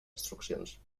instruccions